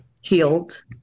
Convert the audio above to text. healed